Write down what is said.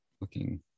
Looking